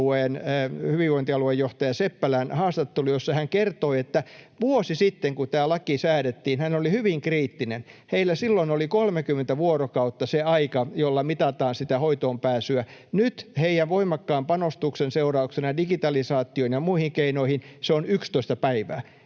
hyvinvointialuejohtaja Seppälän haastattelu, jossa hän kertoi, että vuosi sitten, kun tämä laki säädettiin, hän oli hyvin kriittinen. Heillä silloin oli 30 vuorokautta se aika, jolla mitataan hoitoonpääsyä. Nyt heidän voimakkaan panostuksensa seurauksena digitalisaatioon ja muihin keinoihin se on 11 päivää.